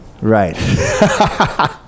Right